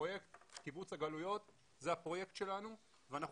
פרויקט קיבוץ הגלויות הוא הפרויקט שלנו ואנחנו